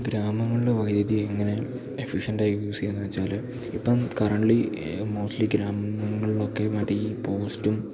ഗ്രാമങ്ങളില് വൈദ്യുതി എങ്ങനെ എഫിഷ്യന്റ് ആയി യൂസ് ചെയ്യാമെന്നുവെച്ചാല് ഇപ്പം കറന്റ്ലി മോസ്റ്റ്ലി ഗ്രാമങ്ങളിലൊക്കെ മറ്റ് ഈ പോസ്റ്റും